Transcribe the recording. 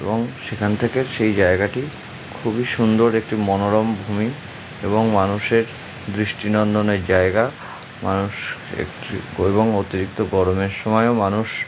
এবং সেখান থেকে সেই জায়গাটি খুবই সুন্দর একটি মনোরম ভূমি এবং মানুষের দৃষ্টি নন্দনের জায়গা মানুষ একটি এবং অতিরিক্ত গরমের সময়ও মানুষ